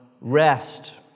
rest